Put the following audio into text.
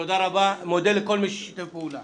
תודה רבה, אני מודה לכל מי ששיתף פעולה.